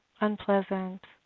unpleasant